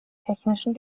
technischen